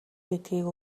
гэдгийг